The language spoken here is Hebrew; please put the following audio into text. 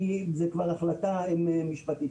זו כבר החלטה משפטית.